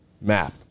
map